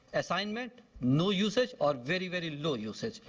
assignment, no usage, or very, very low usage.